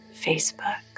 Facebook